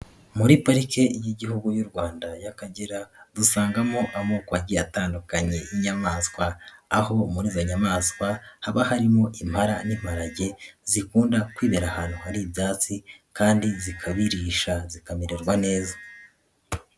Muri parike y'igihugu y'u Rwanda y'Akagera dusangamo amoko agiye atandukanye y'inyamaswa. Aho muri izo nyamaswa haba harimo impara n'imparage zikunda kwibera ahantu hari ibyatsi kandi zikabirisha zikamererwa neza.